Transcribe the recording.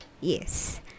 Yes